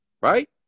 Right